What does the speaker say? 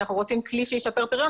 כי אנחנו רוצים כלי שישפר פריון,